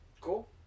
Cool